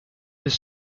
his